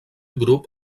grup